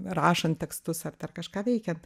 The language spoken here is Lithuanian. rašant tekstus ar dar kažką veikiant